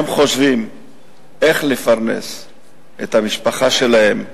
הם חושבים איך לפרנס את המשפחה שלהם,